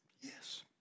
Yes